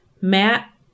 Matt